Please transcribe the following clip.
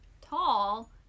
Tall